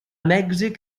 mèxic